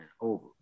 over